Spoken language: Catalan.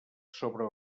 sobre